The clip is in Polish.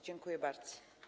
Dziękuję bardzo.